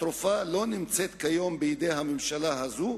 התרופה לא נמצאת כיום בידי הממשלה הזאת,